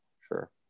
sure